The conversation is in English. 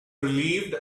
relieved